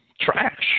trash